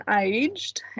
aged